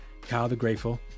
KyleTheGrateful